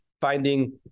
finding